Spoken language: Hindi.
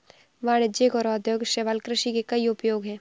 वाणिज्यिक और औद्योगिक शैवाल कृषि के कई उपयोग हैं